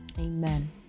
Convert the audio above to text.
Amen